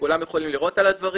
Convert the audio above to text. כולם יכולים לראות את הדברים.